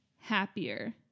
Happier